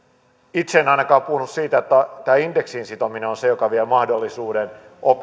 itse en ainakaan puhunut siitä että tämä indeksiin sitominen on se joka vie mahdollisuuden